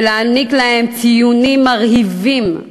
להעניק להם ציונים מרהיבים,